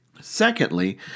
Secondly